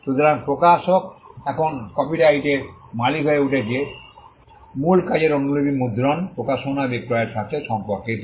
সুতরাং প্রকাশক এখন কপিরাইটের মালিক হয়ে উঠেছে মূল কাজের অনুলিপি মুদ্রণ প্রকাশনা বিক্রয়ের সাথে সম্পর্কিত